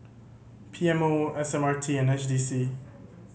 P M O S M R T and S D C